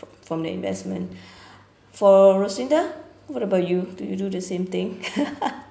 from the investment for roslinda what about you do you do the same thing